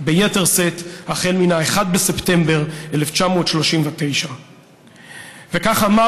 ביתר שאת החל מ-1 בספטמבר 1939. וכך אמר